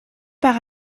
par